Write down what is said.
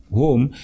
home